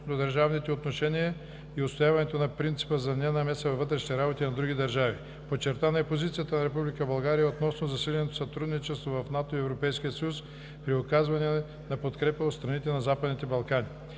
междудържавните отношения и отстояването на принципа за ненамеса във вътрешните работи на други държави. Подчертана е позицията на Република България относно засиленото сътрудничество между НАТО и Европейския съюз при оказване на подкрепа за страните от Западните Балкани.